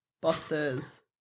Boxes